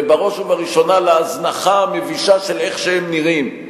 ובראש ובראשונה להזנחה המבישה של איך שהם נראים.